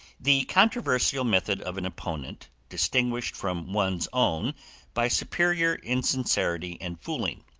the controversial method of an opponent, distinguished from one's own by superior insincerity and fooling.